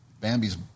Bambi's